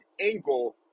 ankle